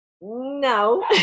No